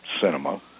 cinema